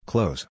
Close